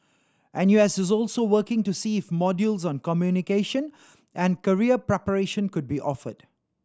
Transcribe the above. N U S is also working to see if modules on communication and career preparation could be offered